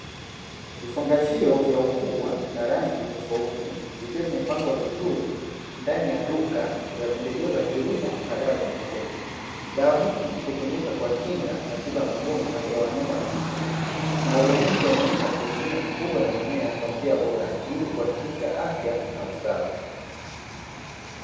Vifungashio vya ukubwa na rangi tofauti, vikiwa vimepangwa vizuri ndani ya duka ya pembejeo za kilimo na dawa za mifugo. Dawa hizi hutumika kwa kinga na tiba ya magonjwa ya wanyama na mimea na huonyesha umuhimu wa kuhudumia mifugo na mimea kwa njia bora, ili kuhakikisha afya na ustawi.